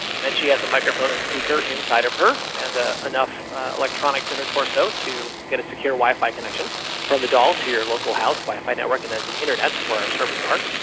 and then she has a microphone and speaker inside of her and enough electronics in her torso to get a secure wi-fi connection from the doll to your local house wi-fi network and then to the internet where our servers are.